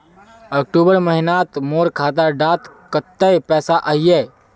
अक्टूबर महीनात मोर खाता डात कत्ते पैसा अहिये?